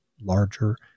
larger